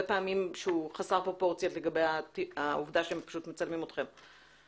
פעמים הוא חסר פרופורציה לגבי העובדה שהם פשוט מצלמים אתכם.